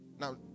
Now